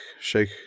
Sheikh